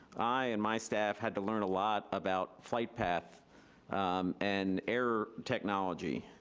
i and my staff had to learn a lot about flight path and air technology.